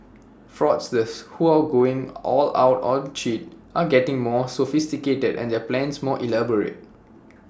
fraudsters who are going all out to cheat are getting more sophisticated and their plans more elaborate